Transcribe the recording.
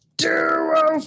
duo